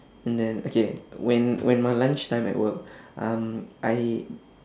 and then okay when when my lunch time at work um I